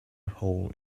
hole